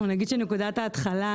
אנחנו נגיד שנקודת ההתחלה,